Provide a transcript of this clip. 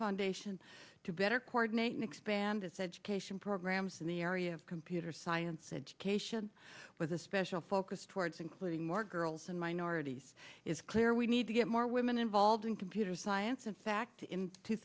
foundation to better coordinate and expand its education programs in the area of computer science education was a special focus towards including more girls and minorities is clear we need to get more women involved in computer science in fact in two